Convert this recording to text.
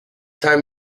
time